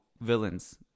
villains